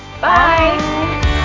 bye